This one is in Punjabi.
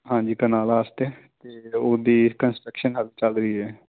ਹਾਂਜੀ ਕਨਾਲ ਵਾਸਤੇ ਅਤੇ ਉਹਦੀ ਕੰਸਟਰਕਸ਼ਨ ਹਲ ਚੱਲ ਰਹੀ ਹੈ